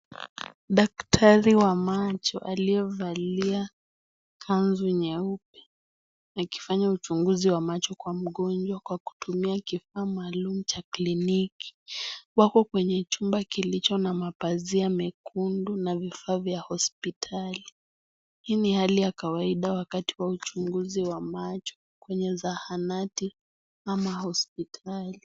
Daktari wa macho aliyevalia kanzu nyeupe akifanya uchunguzi wa macho Kwa mgojwa Kwa kutumia kifaa maalum cha kliniki. Wako kwenye chumba kilicho na mapazia mekundu na vifaa vya hospitali . Hii ni Hali ya kawaida wakati wa uchunguzi wa macho kwenye sahanati ama hospitali.